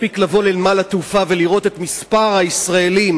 מספיק לבוא לנמל התעופה ולראות את מספר הישראלים